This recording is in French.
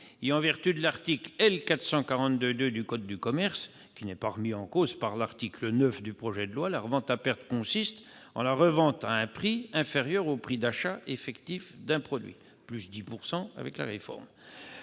En vertu de l'article L. 442-2 du code de commerce, qui n'est pas remis en cause par l'article 9 du projet de loi, la revente à perte consiste en la revente à un prix inférieur au prix d'achat effectif d'un produit. La réforme